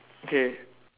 okay